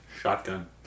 Shotgun